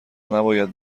نباید